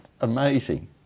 amazing